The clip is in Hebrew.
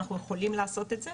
אנחנו יכולים לעשות את זה.